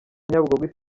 nyabugogo